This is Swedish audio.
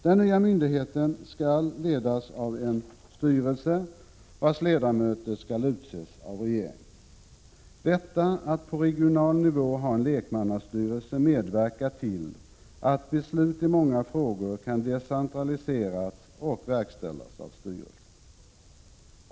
Den nya myndigheten skall ledas av en styrelse, vars ledamöter skall utses av regeringen. Detta att på regional nivå ha en lekmannastyrelse medverkar till att beslut i många frågor kan decentraliseras och verkställas av styrelsen.